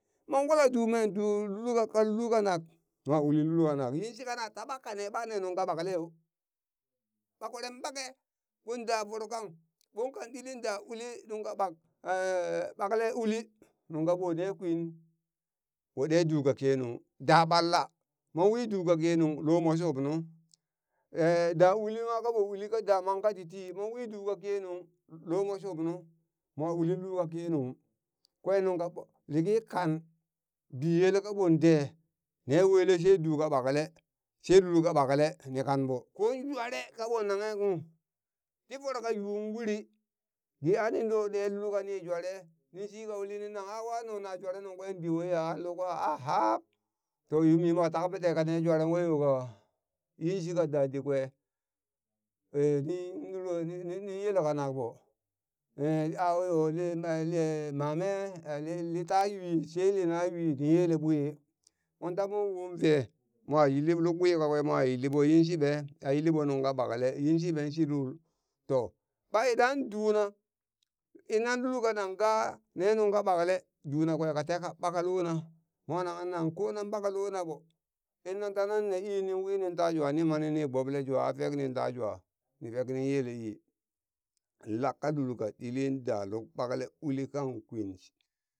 Mon wula dumoen du lul lul kanak mo uliu lul kanak yinshika na taɓa kane ɓa ne nungka ɓakle yo ɓa kweren ɓake ɓon da voro kang ɓon kan ɗili da uli nungka ɓak ɓakle uli nuŋ kaɓo ne kwin ɓo ɗe duka kenung da ɓalla mon wi du kakenung lomo shupnu ee da uli nwa ka ɓoi uli ka damang katitii monwi du ka kenung lomo shubnu mo uli lulka kenung kwen nungka liki kan biyele kaɓonde ne wele she du ka ɓakle she lulka ɓakle ni kanɓo kon jware ka ɓon nanghe kung ti voro ka yun uri ge ani lo ɗe lulkani jware nin shika uli nin nang a wanu na jwere nunkwe di waiya a lukwa ahab to yumi mwa tanpite kane jwaren weyo ka yinshika dadikwe nin yela kankɓo mame nlita yui she lina yui nin yele ɓwi monta mon wo vee mo yilli luk ɓwi kakwe mo yilli ɓo yinshiɓe a yilliɓo nungka ɓakle yinshiɓe shilul to ɓa idan duna inna lul kanan gaa ne nungka ɓakle dunakwe kateha ɓaka lona, mo nangheng nang konan ɓaka lona ɓo innan ta nan ne ii nin winin ta jwa nin mani ni boble jwa a fek nin ta jwa nifek nin yele ii, laka lulka ɗili da luk ɓakle uli kang kwin sh.